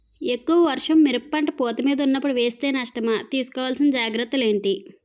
ఎక్కువ వర్షం మిరప పంట పూత మీద వున్నపుడు వేస్తే నష్టమా? తీస్కో వలసిన జాగ్రత్తలు ఏంటి?